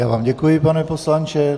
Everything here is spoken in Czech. Já vám děkuji, pane poslanče.